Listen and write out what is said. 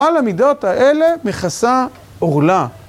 על המידות האלה מכסה אורלה.